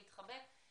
לחבק.